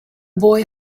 boy